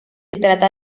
trata